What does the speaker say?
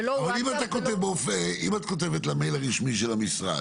אבל אם את כותבת למייל הרשמי של המשרד,